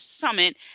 Summit